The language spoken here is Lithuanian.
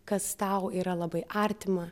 kas tau yra labai artima